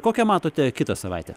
kokią matote kitą savaitę